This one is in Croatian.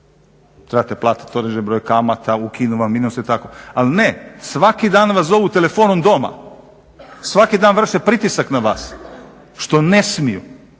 trebate platiti određeni broj kamata, ukinu vam minuse i tako, al ne svaki dan vas zovu telefonom doma, svaki dan vrše pritisak na vas što ne smiju,